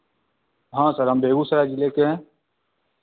हाँ सर हम बेगूसराय जिले के हैं